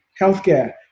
healthcare